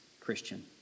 Christian